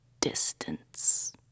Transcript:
distance